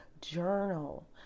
journal